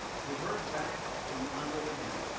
we have heard back from andriy again.